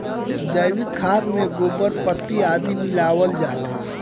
जैविक खाद में गोबर, पत्ती आदि मिलावल जाला